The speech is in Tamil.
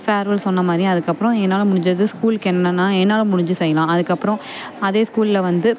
ஃபேர்வெல் சொன்னால் மாதிரி அதுக்கப்புறம் என்னால் முடிஞ்சது ஸ்கூலுக்கு என்னென்னா என்னால் முடிஞ்சது செய்யலாம் அதுக்கப்புறம் அதே ஸ்கூலில் வந்து